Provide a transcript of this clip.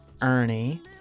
ernie